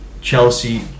Chelsea